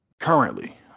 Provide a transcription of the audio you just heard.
Currently